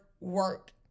work